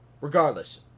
regardless